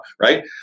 right